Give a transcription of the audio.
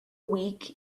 week